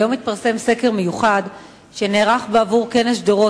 היום התפרסם סקר מיוחד שנערך בעבור כנס שדרות,